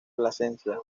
plasencia